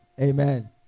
Amen